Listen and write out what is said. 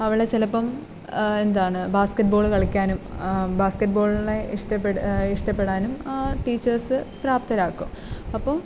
അവളെ ചിലപ്പം എന്താണ് ബാസ്കറ്റ്ബോൾ കളിക്കാനും ബാസ്കറ്റ്ബോളിനെ ഇഷ്ടപ്പെട് ഇഷ്ടപ്പെടാനും ആ ടീച്ചേഴ്സ് പ്രാപ്തരാക്കും അപ്പം